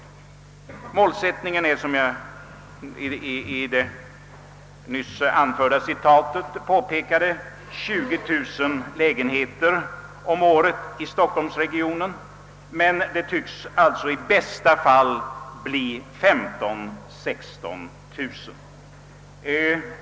Målsättningen är, som påpekades i det nyss anförda citatet, 20 000 lägenheter om året i stockholmsregionen, men det tycks i bästa fall kunna bli 15 000— 16 000.